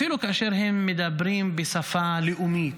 אפילו כאשר הם מדברים בשפה לאומית,